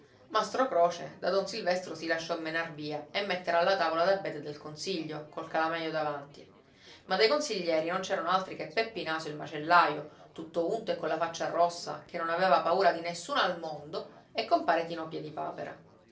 mastro croce da don silvestro si lasciò menar via e metter alla tavola d'abete del consiglio col calamaio davanti ma dei consiglieri non c'erano altri che peppi naso il macellaio tutto unto e colla faccia rossa che non aveva paura di nessuno al mondo e compare tino